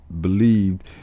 believed